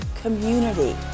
community